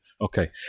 okay